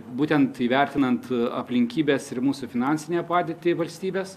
būtent įvertinant aplinkybes ir mūsų finansinę padėtį valstybės